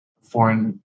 foreign